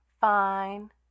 fine